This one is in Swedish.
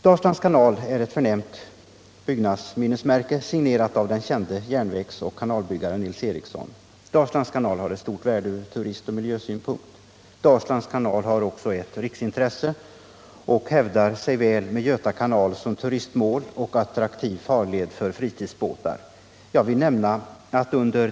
Dalslands kanal är ett förnämligt byggnadsminnesmärke, signerat av den kände järnvägsoch kanalbyggaren Nils Ericson. Dalslands kanal har ett stort värde ur turistoch miljösynpunkt. Den är också av riksintresse och hävdar sig väl jämförd med Göta kanal som turistmål och attraktiv farled för fritidsbåtar.